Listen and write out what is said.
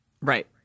right